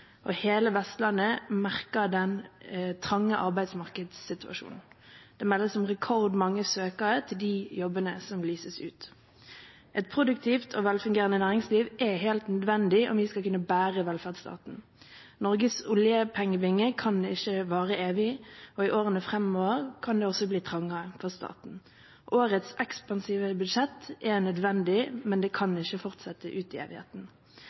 og hele Vestlandet merker den trange arbeidsmarkedssituasjonen. Det meldes om rekordmange søkere til de jobbene som lyses ut. Et produktivt og velfungerende næringsliv er helt nødvendig om vi skal kunne bære velferdsstaten. Norges oljepengebinge kan ikke vare evig, og i årene fremover kan det også bli trangere for staten. Årets ekspansive budsjett er nødvendig, men det kan ikke fortsette ut i evigheten.